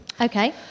okay